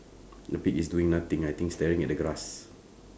the pig is doing nothing I think staring at the grass